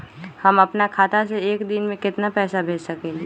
हम अपना खाता से एक दिन में केतना पैसा भेज सकेली?